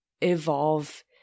evolve